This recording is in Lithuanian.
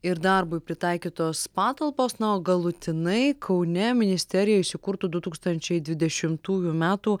ir darbui pritaikytos patalpos na o galutinai kaune ministerija įsikurtų du tūkstančiai dvidešimtųjų metų